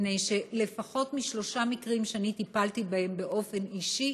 מפני שלפחות בשלושה מקרים שאני טיפלתי בהם באופן אישי